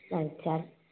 अच्छा